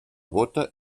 bóta